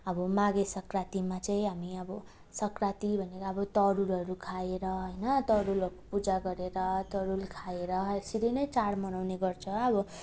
अबो माघे सङ्क्रान्तिमा चाहिँ हामी अब सङ्क्रान्ति भनेर अब तरुलहरू खाएर होइन तरुलहरूको पूजा गरेर तरुल खाएर यसरी नै चाड मनाउने गर्छ अब